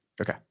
okay